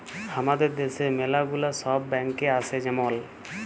হামাদের দ্যাশে ম্যালা গুলা সব ব্যাঙ্ক আসে যেমল